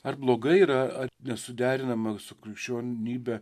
ar blogai yra nesuderinama su krikščionybe